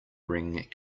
ring